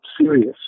serious